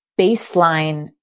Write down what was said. baseline